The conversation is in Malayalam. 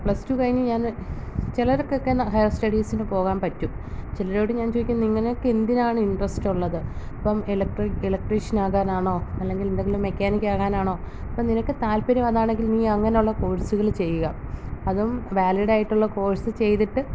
പ്ലസ് റ്റു കഴിഞ്ഞഞാ ചിലർക്കൊക്കെ ഹയർ സ്റ്റഡീസിന് പോകാൻ പറ്റും ചിലരോട് ഞാൻ ചോദിക്കും നിനക്ക് എന്തിനാണ് ഇൻട്രസ്റ്റുള്ളത് ഇപ്പോള് എലക്ട്രീഷ്യൻ ആകാനാണോ അല്ലെങ്കിൽ എന്തെങ്കിലും മെക്കാനിക്കാകാനാണോ അപ്പോള് നിനക്ക് താല്പര്യം അതാണെങ്കിൽ നീ അങ്ങനെയുള്ള കോഴ്സുകള് ചെയ്യുക അതും വാലിഡായിട്ടുള്ള കോഴ്സ് ചെയ്തിട്ട്